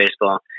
baseball